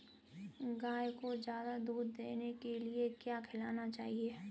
गाय को ज्यादा दूध देने के लिए क्या खिलाना चाहिए?